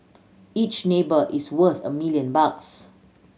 each neighbour is worth a million bucks